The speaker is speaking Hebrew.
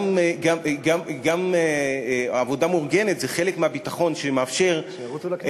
גם עבודה מאורגנת זה חלק מהביטחון שמאפשר שירוצו לכנסת.